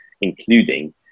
including